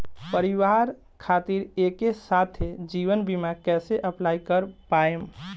परिवार खातिर एके साथे जीवन बीमा कैसे अप्लाई कर पाएम?